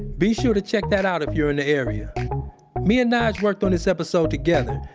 be sure to check that out if you're in the area me and nige worked on this episode together,